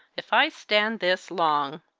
if i stand this long